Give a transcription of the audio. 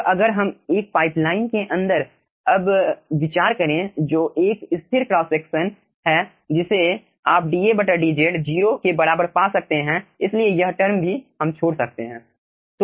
अब अगर हम एक पाइपलाइन के अंदर अब विचार करें जो एक स्थिर क्रॉस सेक्शन है जिसे आप dAdz 0 के बराबर पा सकते है इसलिए यह टर्म भी हम छोड़ सकते हैं